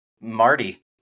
Marty